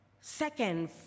Second